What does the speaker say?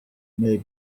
may